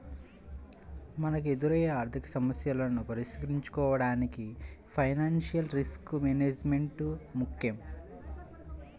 మనకెదురయ్యే ఆర్థికసమస్యలను పరిష్కరించుకోడానికి ఫైనాన్షియల్ రిస్క్ మేనేజ్మెంట్ ముక్కెం